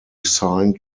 signed